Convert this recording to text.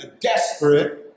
desperate